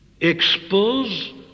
expose